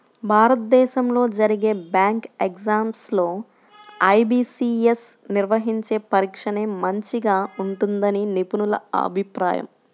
భారతదేశంలో జరిగే bank exams లో ఐ.బీ.పీ.యస్ నిర్వహించే పరీక్షనే మంచిగా ఉంటుందని నిపుణుల అభిప్రాయం